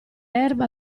erba